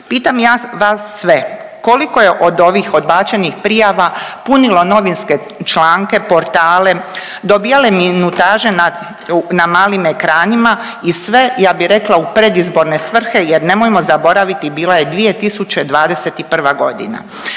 Pitam ja vas sve, koliko je od ovih odbačenih prijava punilo novinske članke, portale, dobijale minutaže na malim ekranima i sve, ja bih rekla, u predizborne svrhe, jer nemojmo zaboraviti, bila je 2021. g.